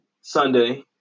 Sunday